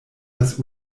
das